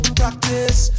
practice